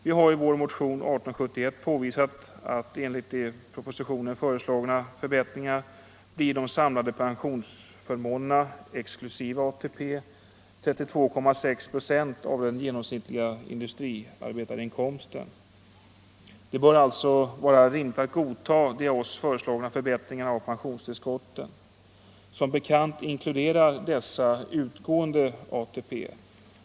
Vi har i vår motion nr 1871 påvisat att enligt de i propositionen föreslagna förbättringarna blir de samlade pensionsförmånerna — exklusive ATP — 32,6 procent av den genomsnittliga industriarbetarinkomsten. Det bör alltså vara rimligt att godta de av oss föreslagna förbättringarna av pensionstillskotten. Som bekant inkluderar dessa utgående ATP.